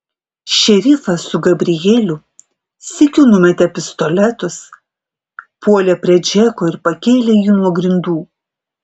šerifas su gabrielių sykiu numetė pistoletus puolė prie džeko ir pakėlė jį nuo grindų